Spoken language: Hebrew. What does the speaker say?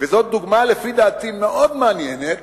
וזאת לפי דעתי דוגמה מאוד מעניינת